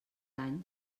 any